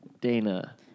Dana